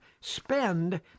spend